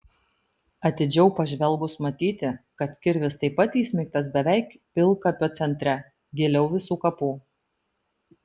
atidžiau pažvelgus matyti kad kirvis taip pat įsmeigtas beveik pilkapio centre giliau visų kapų